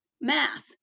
math